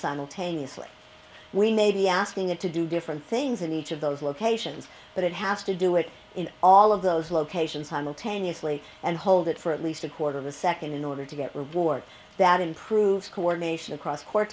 simultaneously we may be asking it to do different things in each of those locations but it has to do it in all of those locations hymel tenuously and hold it for at least a quarter of a second in order to get rewards that improves coordination across cort